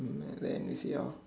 mm then we see how